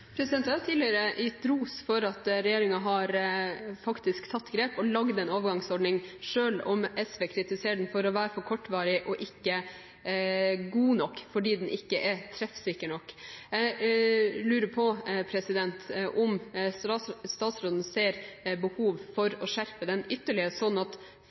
Jeg har tidligere gitt ros for at regjeringen faktisk har tatt grep og laget en overgangsordning, selv om SV kritiserer den for å være for kortvarig og ikke god nok fordi den ikke er treffsikker nok. Jeg lurer på om statsråden ser behov for å skjerpe den ytterligere, slik at